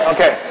Okay